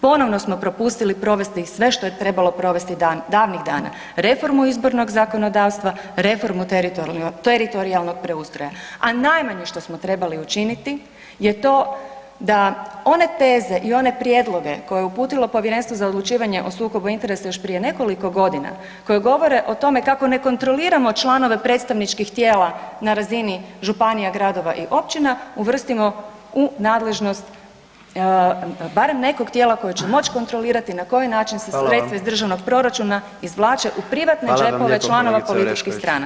Ponovno smo propustili provesti sve što je trebalo provesti davnih dana, reformu izbornog zakonodavstva, reformu teritorijalnog ustroja, a najmanje što smo trebali učiniti je to da one teze i one prijedloge koje je uputilo Povjerenstvo za odlučivanje o sukobu interesa još prije nekoliko godina, koje govore o tome kako ne kontroliramo članove predstavničkih tijela na razini županija, gradova i općina, uvrstimo u nadležnost barem nekog tijela koje će moć kontrolirati na koji način se sredstva iz državnog proračuna izvlače u privatne džepove članova političkih stranaka.